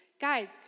guys